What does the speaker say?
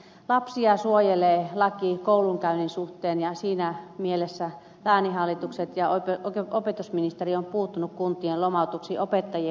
lapsia suojelee laki koulunkäynnin suhteen ja siinä mielessä lääninhallitukset ja opetusministeriö ovat puuttuneet kuntien lomautuksiin opettajien osalta